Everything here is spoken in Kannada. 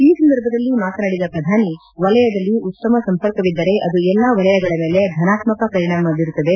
ಈ ಸಂದರ್ಭದಲ್ಲ ಮಾತನಾಡಿದ ಪ್ರಧಾನಿ ವಲಯದಲ್ಲ ಉತ್ತಮ ಸಂಪರ್ಕವಿದ್ದರೆ ಅದು ಎಲ್ಲ ವಲಯಗಳ ಮೇಲೆ ಧನಾತ್ವಕ ಪಲಿಣಾಮ ಇೕರುತ್ತದೆ